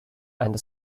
and